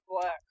black